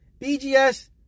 BGS